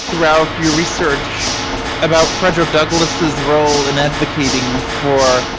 throughout your research about frederick douglass' role in advocating for